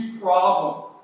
problem